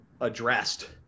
addressed